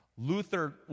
Luther